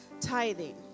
Tithing